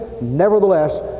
Nevertheless